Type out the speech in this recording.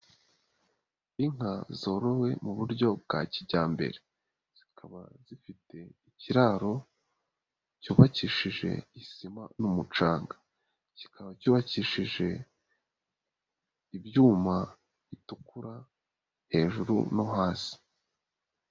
Inka zorowe mu buryo bwa kijyambere zikaba zifite ikiraro cyubakishije isima n'umucanga, kikaba cyubakishije ibyuma bitukura hejuru no hasi.